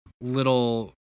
little